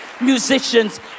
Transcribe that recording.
musicians